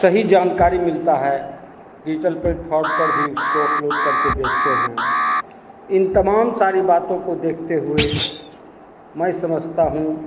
सही जानकारी मिलता है डिजिटल प्लेटफाॅर्म पर भी उसको अपलोड करके देखते हैं इन तमाम सारी बातों को देखते हुए मैं समझता हूँ